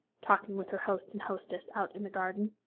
talking with her host and hostess out in the garden.